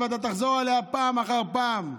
ואתה תחזור עליה פעם אחר פעם.